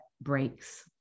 breaks